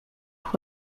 who